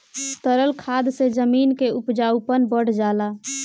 तरल खाद से जमीन क उपजाऊपन बढ़ जाला